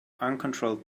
uncontrolled